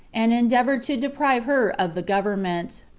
and endeavored to deprive her of the government.